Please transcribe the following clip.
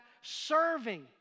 serving